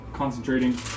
Concentrating